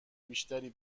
بیشتری